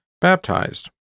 baptized